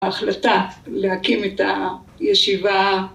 ההחלטה להקים את הישיבה